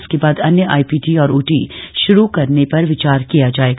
इसके बाद अन्य आइपीडी और ओटी श्रू करने पर विचार किया जाएगा